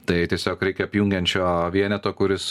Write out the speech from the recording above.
tai tiesiog reikia apjungiančio vieneto kuris